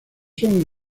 son